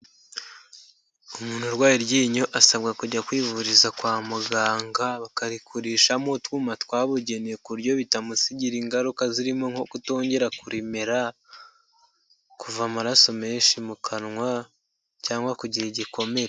Umuntu urwaye iryinyo asabwa kujya kwivuriza kwa muganga bakarikurishamo utwuma twabugeneye ku buryo bitamusigira ingaruka, zirimo nko kutongera kurimera, kuva amaraso menshi mu kanwa cyangwa ku kugira igikomere.